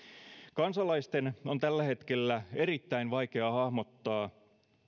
kansalaisten on tällä hetkellä erittäin vaikea hahmottaa